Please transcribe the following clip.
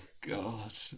God